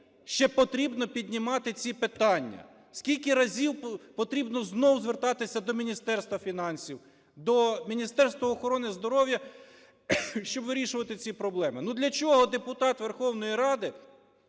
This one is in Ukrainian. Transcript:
ще потрібно піднімати ці питання! Скільки разів потрібно знову звертатися до Міністерства фінансів, до Міністерства охорони здоров'я, щоб вирішувати ці проблеми. Ну, для чого депутат Верховної Ради